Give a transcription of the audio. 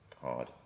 hard